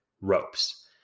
ropes